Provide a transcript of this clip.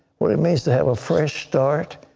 what it means to have a fresh start,